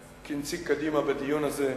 כנציג קדימה בדיון הזה,